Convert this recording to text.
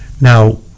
Now